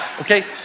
okay